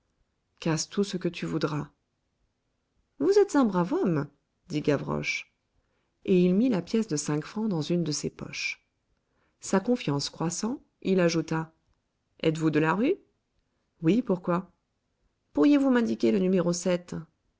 casse tout ce que tu voudras vous êtes un brave homme dit gavroche et il mit la pièce de cinq francs dans une de ses poches sa confiance croissant il ajouta êtes-vous de la rue oui pourquoi pourriez-vous m'indiquer le numéro